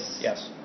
yes